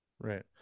Right